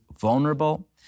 vulnerable